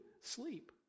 sleep